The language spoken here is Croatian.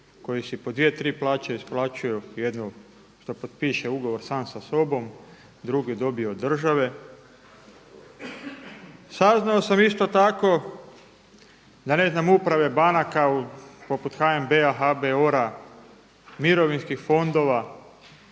koji si po dvije, tri plaće isplaćuju jednu šta potpiše ugovor sam sa sobom, drugi dobije od države. Saznao sam isto tak da ne znam uprave banaka poput HNB-a, HBOR-a, Mirovinskih fondova